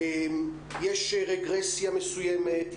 יש רגרסיה מסוימת,